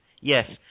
Yes